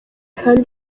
kandi